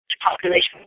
population